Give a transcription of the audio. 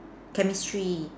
Chemistry